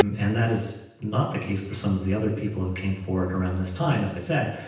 um and that is not the case for some of the other people who came forward around this time, as i said.